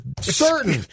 certain